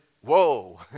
whoa